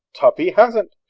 tuppy hasn't.